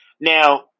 now